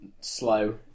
slow